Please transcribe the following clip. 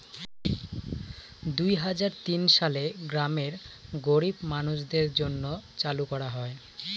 দুই হাজার তিন সালে গ্রামের গরীব মানুষদের জন্য চালু করা হয়